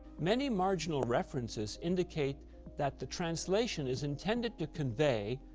many marginal references indicate that the translation is intended to convey.